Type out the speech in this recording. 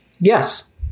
yes